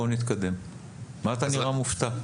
מה אתה נראה מופתע?